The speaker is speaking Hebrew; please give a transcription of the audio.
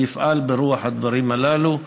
אפעל ברוח הדברים הללו,